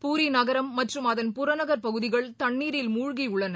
பூரி நகரம் மற்றும் அதன் புறநகர் பகுதிகள் தண்ணீரில் மூழ்கியுள்ளன